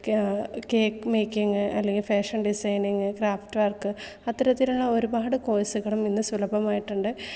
cake making അല്ലെങ്കിൽ fashion designing craft work അത്തരത്തിലുള്ള ഒരുപാട് കോഴ്സുകളും ഇന്ന് സുലഭമായിട്ടുണ്ട്